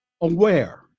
aware